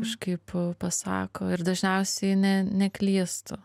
kažkaip pasako ir dažniausiai ne neklystu